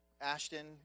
Ashton